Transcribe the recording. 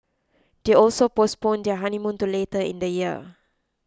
they also postponed their honeymoon to later in the year